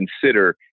consider